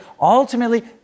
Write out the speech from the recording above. ultimately